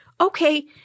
okay